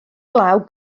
glaw